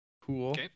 Cool